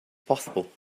possible